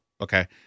okay